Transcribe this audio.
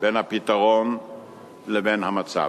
בין הפתרון לבין המצב.